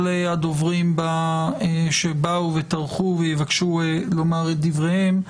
הדוברים שבאו וטרחו ויבקשו לומר את דבריהם,